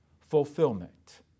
fulfillment